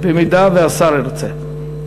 אם השר ירצה.